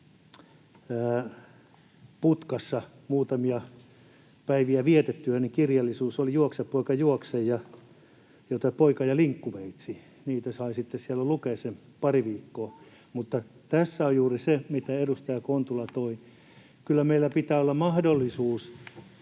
putkassa muutamia päiviä viettäessäni kirjallisuus oli Juokse poika juokse ja Risti ja linkkuveitsi. Niitä sai sitten siellä lukea sen pari viikkoa. Tässä on juuri se, mitä edustaja Kontula toi, että kyllä meillä pitää olla mahdollisuus